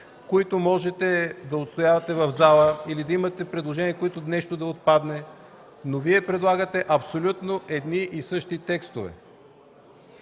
които можете да отстоявате в залата, или да имате предложения нещо да отпадне, но Вие предлагате абсолютно едни и същи текстове.